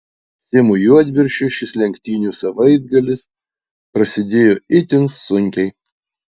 simui juodviršiui šis lenktynių savaitgalis prasidėjo itin sunkiai